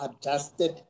adjusted